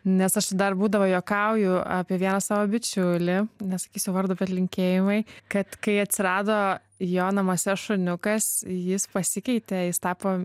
nes aš dar būdavo juokauju apie vieną savo bičiulį nesakysiu vardo bet linkėjimai kad kai atsirado jo namuose šuniukas jis pasikeitė jis tapo